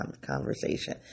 conversation